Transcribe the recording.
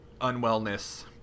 unwellness